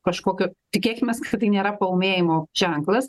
kažkokio tikėkimės kad tai nėra paūmėjimo ženklas